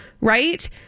right